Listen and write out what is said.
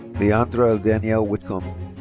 leighandra danielle whitcomb.